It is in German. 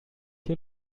hier